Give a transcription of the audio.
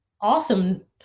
awesome